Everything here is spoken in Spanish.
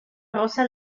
rosa